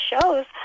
shows